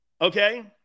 okay